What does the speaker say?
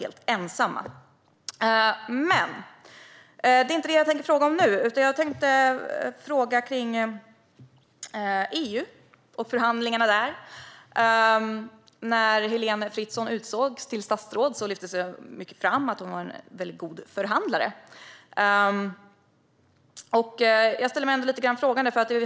Men det var inte detta jag tänkte fråga om nu, utan jag tänkte fråga om EU och förhandlingarna där. När Heléne Fritzon utsågs till statsråd lyftes det fram att hon var en god förhandlare. Jag ställer mig lite frågande.